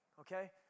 okay